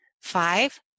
Five